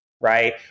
right